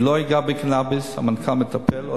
אני לא אגע בקנאביס, המנכ"ל מטפל בזה.